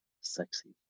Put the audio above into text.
sexy